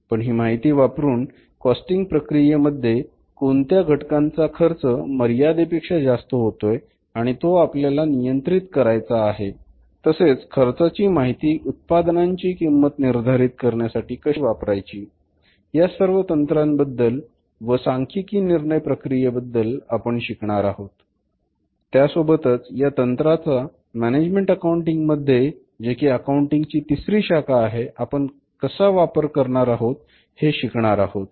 पण ही माहिती वापरून कॉस्टिंग प्रक्रियेमध्ये कोणत्या घटकांचा खर्च मर्यादेपेक्षा जास्त होतोय आणि तो आपल्याला नियंत्रित करायचा आहे तसेच खर्चाची माहिती उत्पादनांची किंमत निर्धारित करण्यासाठी कशी वापरायची या सर्व तंत्राबद्दल व सांख्यिकी निर्णय प्रक्रियेबद्दल आपण शिकणार आहोत त्यासोबत या तंत्रांचा मॅनेजमेंट अकाऊंटिंग मध्ये जे की अकाउंटिंग ची तिसरी शाखा आहे आपण वापर कसा करणार आहोत हे शिकणार आहोत